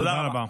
תודה רבה.